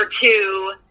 two